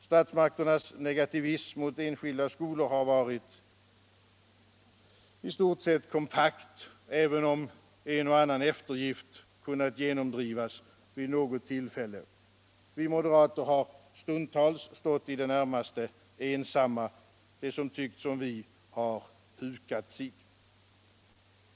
Statsmakternas negativism mot enskilda skolor har varit i stort sett kompakt även om en och annan eftergift har kunnat genomdrivas vid något tillfälle. Vi moderater har stundtals stått i det närmaste ensamma. De som tyckt som vi har hukat sig.